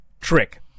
Trick